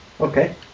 Okay